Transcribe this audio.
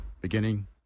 beginning